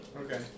Okay